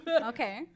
Okay